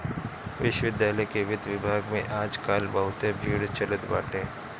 विश्वविद्यालय के वित्त विभाग में आज काल बहुते भीड़ चलत बाटे